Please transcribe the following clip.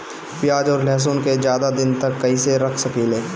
प्याज और लहसुन के ज्यादा दिन तक कइसे रख सकिले?